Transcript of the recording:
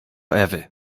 ewy